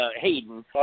Hayden